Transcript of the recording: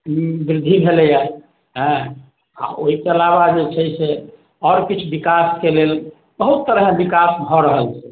वृद्धि भेलैया आ ओहिके अलावा जे छै से आओर किछु विकासके लेल बहुत तरहे विकास भऽ रहल छै